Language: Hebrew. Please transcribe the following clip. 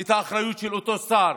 את האחריות של אותו שר,